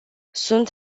sunt